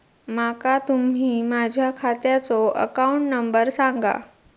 माका तुम्ही माझ्या खात्याचो अकाउंट नंबर सांगा?